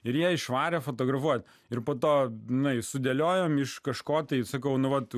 ir jie išvarė fotografuot ir po to na sudėliojome iš kažko tai sakau nu vat